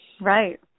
Right